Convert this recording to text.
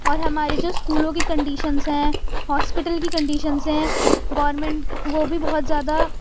اور ہمارے جو اسکولوں کی کنڈیشنس ہیں ہاسپیٹل کی کنڈیشنس ہیں گورنمنٹ وہ بھی بہت زیادہ